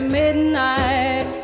midnight